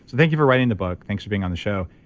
thank you for writing the book. thanks for being on the show.